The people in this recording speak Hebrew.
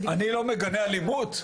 אני לא מגנה אלימות?